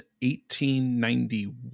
1891